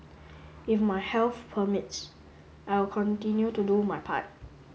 if my health permits I will continue to do my part